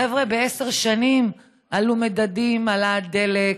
חבר'ה, בעשר שנים עלו מדדים, עלה הדלק,